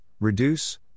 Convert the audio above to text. reduce